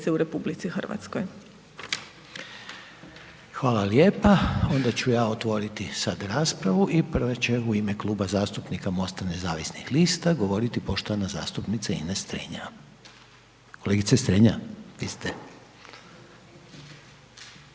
Hvala lijepa. Onda ću ja otvoriti sad raspravu i prva će u ime Kluba zastupnika MOST-a nezavisnih lista govoriti poštovana zastupnica Ines Strenja. Kolegice Strenja, vi ste.